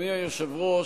אדוני היושב-ראש,